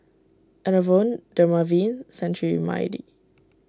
Enervon Dermaveen Cetrimide